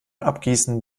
abgießen